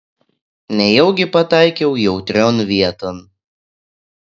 nejaugi pataikiau jautrion vieton